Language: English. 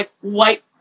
white